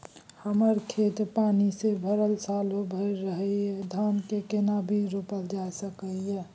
हमर खेत पानी से भरल सालो भैर रहैया, धान के केना बीज रोपल जा सकै ये?